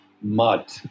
mud